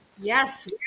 Yes